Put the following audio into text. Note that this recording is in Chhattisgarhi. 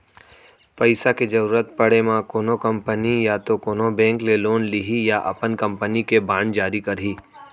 पइसा के जरुरत पड़े म कोनो कंपनी या तो कोनो बेंक ले लोन लिही या अपन कंपनी के बांड जारी करही